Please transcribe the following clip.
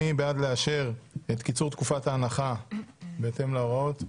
מי בעד לאשר את קיצור תקופת ההנחה בהתאם להוראות?